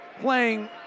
playing